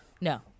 No